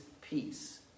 peace